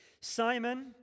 Simon